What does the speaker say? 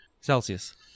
Celsius